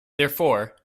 therefore